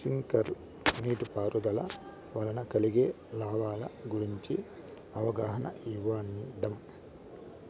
Sprinkle నీటిపారుదల వల్ల కలిగే లాభాల గురించి అవగాహన ఇయ్యడం?